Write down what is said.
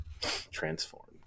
Transformed